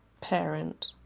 parent